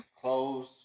Clothes